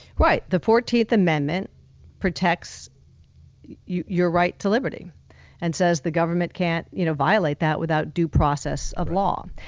right, the fourteenth amendment protects your right to liberty and says, the government can't you know violate that without due process of law.